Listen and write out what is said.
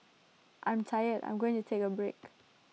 I'm tired I'm going to take A break